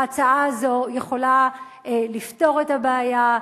ההצעה הזו יכולה לפתור את הבעיה,